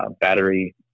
battery